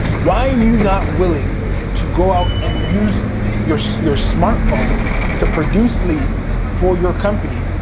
why are you not willing to go out and use your so your smartphone to produce leads for your company,